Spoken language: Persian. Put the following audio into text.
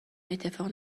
اتفاق